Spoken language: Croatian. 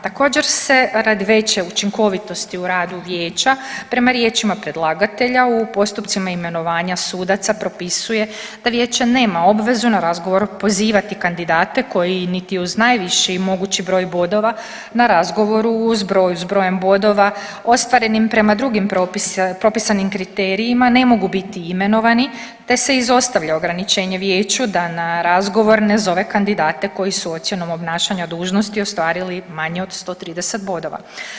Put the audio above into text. Također se radi veće učinkovitosti u radu vijeća prema riječima predlagatelja u postupcima imenovanja sudaca propisuje da vijeće nema obvezu na razgovor pozivati kandidate koji niti uz najviši mogući broj bodova na razgovoru s brojem bodova ostvarenim prema drugim propisanim kriterijima ne mogu biti imenovani, te se izostavlja ograničenje vijeću da na razgovor ne zove kandidate koji su ocjenom obnašanja dužnosti ostvarili manje od 130 bodova.